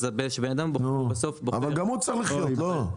כשבן אדם בוחר --- אבל גם הוא צריך לחיות, לא?